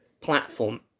platform